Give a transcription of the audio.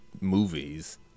movies